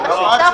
קנית.